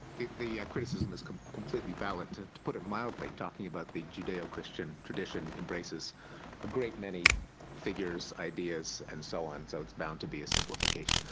the the criticism is completely valid. to put it mildly, talking about the judeo-christian tradition, embraces a great many figures, ideas, and so on, so it's bound to be a simplification.